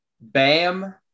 Bam